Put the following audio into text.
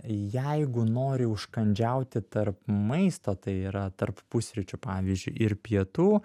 jeigu nori užkandžiauti tarp maisto tai yra tarp pusryčių pavyzdžiui ir pietų